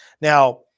now